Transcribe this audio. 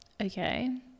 okay